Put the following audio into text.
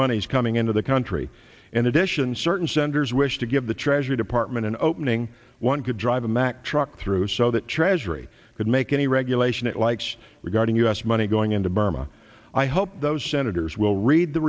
monies coming into the country in addition certain senders wish to give the treasury department an opening one could drive a mack truck through so that treasury could make any regulation it likes regarding u s money going into burma i hope those senators will read the